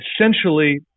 essentially